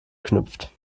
knüpft